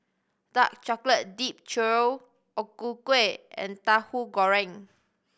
dark chocolate dipped churro O Ku Kueh and Tahu Goreng